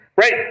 right